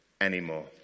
anymore